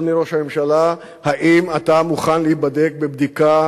אדוני ראש הממשלה: האם אתה מוכן להיבדק בבדיקה